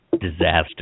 Disaster